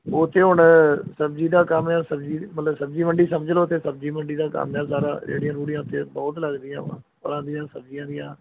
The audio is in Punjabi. ਉੱਥੇ ਹੁਣ ਸਬਜ਼ੀ ਦਾ ਕੰਮ ਹੈ ਸਬਜ਼ੀ ਮਤਲਬ ਸਬਜ਼ੀ ਮੰਡੀ ਸਮਝ ਲਓ ਅਤੇ ਸਬਜ਼ੀ ਮੰਡੀ ਦਾ ਕੰਮ ਹੈ ਸਾਰਾ ਰੇੜੀਆਂ ਰੂੜੀਆਂ ਉੱਥੇ ਬਹੁਤ ਲੱਗਦੀਆਂ ਵਾ ਫ਼ਲਾਂ ਦੀਆਂ ਸਬਜ਼ੀਆਂ ਦੀਆਂ